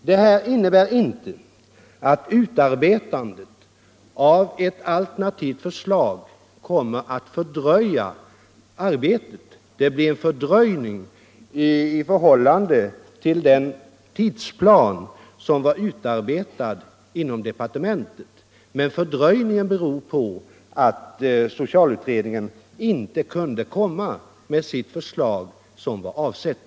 Detta innebär inte att utarbetandet av ett alternativt förslag kommer att fördröja arbetet. Det blir fördröjning i förhållande till den tidsplan som var utarbetad inom departementet, men socialutredningen hade ändå inte kunnat lägga fram sitt betänkande inom avsedd tid.